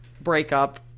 breakup